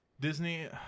Disney